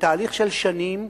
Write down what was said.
בתהליך של שנים,